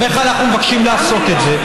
איך אנחנו מבקשים לעשות את זה?